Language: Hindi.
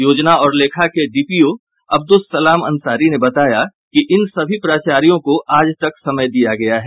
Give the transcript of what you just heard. योजना और लेखा के डीपीओ अब्दुस सलाम अंसारी ने बताया कि इन सभी प्राचार्यों को आज तक का समय दिया गया है